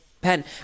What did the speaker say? pen